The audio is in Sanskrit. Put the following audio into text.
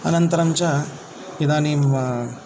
अनन्तरञ्च इदानीम्म्